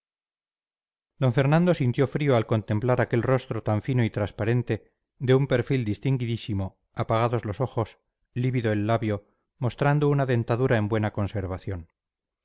d fernando sintió frío al contemplar aquel rostro tan fino y transparente de un perfil distinguidísimo apagados los ojos lívido el labio mostrando una dentadura en buena conservación